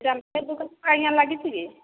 ଆଜ୍ଞା ଲାଗିଛି କି